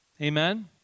Amen